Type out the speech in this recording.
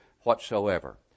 whatsoever